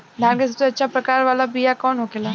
धान के सबसे अच्छा प्रकार वाला बीया कौन होखेला?